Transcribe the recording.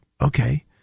okay